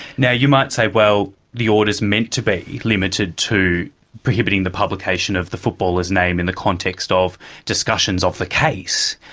yeah you might say, well, the order is meant to be limited to prohibiting the publication of the footballer's name in the context of discussions of the case,